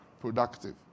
productive